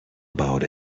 about